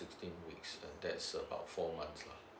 sixteen weeks that's about four months lah